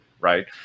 right